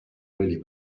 really